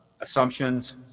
assumptions